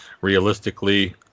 realistically